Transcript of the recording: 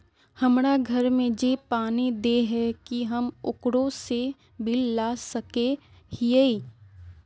हमरा घर में जे पानी दे है की हम ओकरो से बिल ला सके हिये?